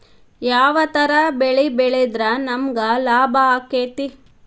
ಯಾವ ತರ ಬೆಳಿ ಬೆಳೆದ್ರ ನಮ್ಗ ಲಾಭ ಆಕ್ಕೆತಿ?